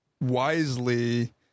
wisely